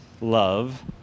love